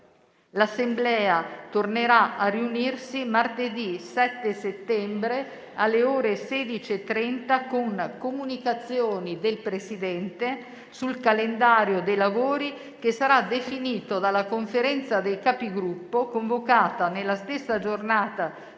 L'Assemblea tornerà a riunirsi martedì 7 settembre, alle ore 16,30, con comunicazioni del Presidente sul calendario dei lavori, che sarà definito dalla Conferenza dei Capigruppo convocata nella stessa giornata